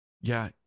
Yeah